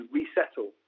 resettle